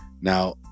Now